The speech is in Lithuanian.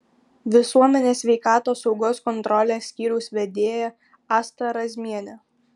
visuomenės sveikatos saugos kontrolės skyriaus vedėja asta razmienė